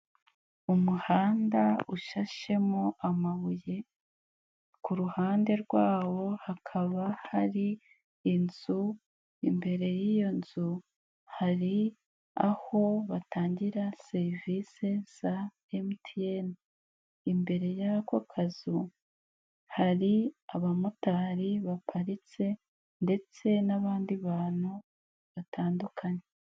Umuhanda ushashemo amabuye, ku ruhande rwawo hakaba hari inzu, imbere y'iyo nzu hari aho batangira serivisi za MTN, imbere y'ako kazu hari abamotari baparitse ndetse n'abandi bantu batandukanye.